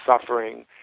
suffering